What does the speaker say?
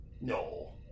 No